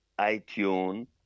iTunes